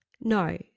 No